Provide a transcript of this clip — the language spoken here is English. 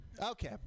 Okay